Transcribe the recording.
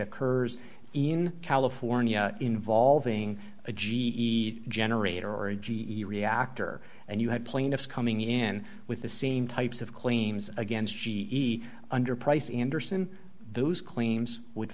occurs in california involving a g e generator or a g e reactor and you had plaintiffs coming in with the same types of claims against g e under price anderson those claims would